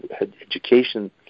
education